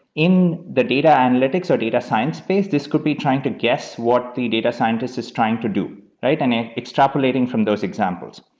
in the data analytics or data science phase, this could be trying to guess what the data scientist is trying to do and extrapolating from those examples.